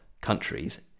countries